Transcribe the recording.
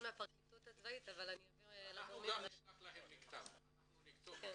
אני מהפרקליטות הצבאית אבל אני אעביר --- אנחנו נכתוב מכתב גם אליכם.